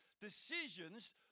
decisions